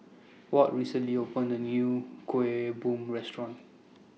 Walt recently opened A New Kueh Bom Restaurant